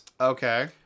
okay